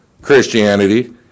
Christianity